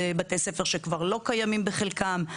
זה בתי ספר שכבר לא קיימים בחלקם.